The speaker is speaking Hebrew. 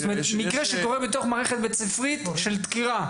מקרה שקורה בתוך מערכת בית-ספרית של דקירה,